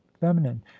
feminine